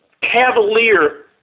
cavalier